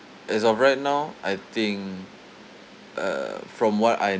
as of right now I think err from what I